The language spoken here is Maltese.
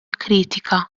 kritika